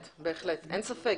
בהחלט, אין ספק.